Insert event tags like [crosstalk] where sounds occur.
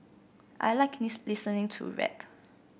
I like [unintelligible] listening to rap